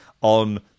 on